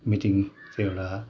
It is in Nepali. मिटिङ चाहिँ एउटा